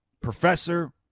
professor